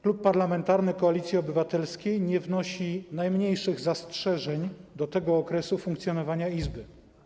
Klub Parlamentarny Koalicji Obywatelskiej nie wnosi najmniejszych zastrzeżeń do tego okresu funkcjonowania Izby.